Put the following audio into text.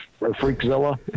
Freakzilla